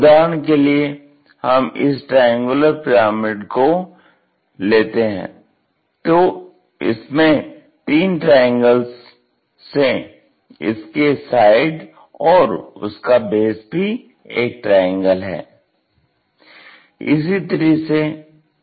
उदाहरण के लिए हम इस ट्रायंगुलर पिरामिड को लेते हैं तो इसमें तीन ट्राएंगल्स से इसके साइड और इसका बेस भी एक ट्रायंगल है